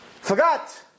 Forgot